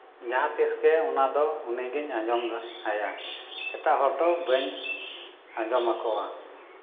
ᱡᱟᱦᱟᱸ ᱛᱤᱥ ᱜᱮ ᱚᱱᱟ ᱫᱚ ᱩᱱᱤ ᱜᱮᱧ ᱟᱡᱚᱢ ᱟᱭᱟ ᱮᱴᱟᱜ ᱦᱚᱲ ᱫᱚ ᱵᱟᱹᱧ ᱟᱡᱚᱢ ᱟᱠᱚᱣᱟ